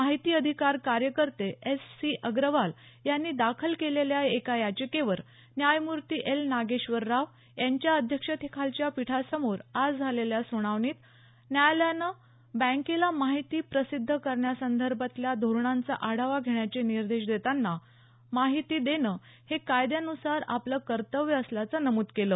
माहिती अधिकार कार्यकर्ते एस सी अग्रवाल यांनी दाखल केलेल्या एका याचिकेवर न्यायमूर्ती एल नागेश्वर राव यांच्या अध्यक्षतेखालच्या पीठासमोर आज झालेल्या सुनावणीत न्यायालयानं बँकेला माहिती प्रसिद्ध करण्यासंदर्भातल्या धोरणाचा आढावा घेण्याचे निर्देश देताना माहिती देणं हे कायद्यानुसार आपलं कर्तव्य असल्याचं नमूद केलं